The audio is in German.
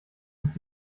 nicht